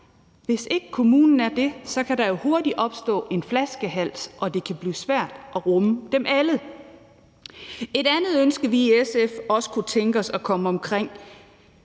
Hvis ikke kommunen er det, kan der jo hurtigt opstå en flaskehals, og det kan blive svært at rumme dem alle. Et andet ønske, vi i SF også kunne tænke os at komme omkring,